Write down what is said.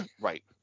right